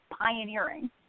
pioneering